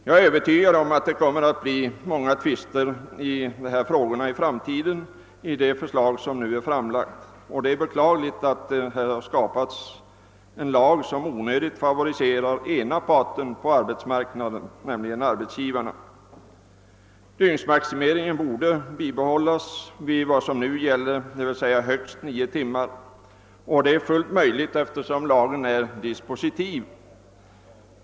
Jag är övertygad om att det kommer att bli många tvister i dessa frågor i framtiden genom det förslag som nu är framlagt. Det är beklagligt att det skapas en lag som onödigt favoriserar ena parten på arbetsmarknaden, nämligen arbetsgivarna. Dygnsmaximeringen borde bibehållas vid vad som nu gäller, d.v.s. nio timmar. Det är helt möjligt att göra det, eftersom lagen är dispositiv.